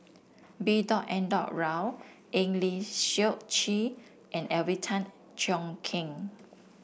B dot N dot Rao Eng Lee Seok Chee and Alvin Tan Cheong Kheng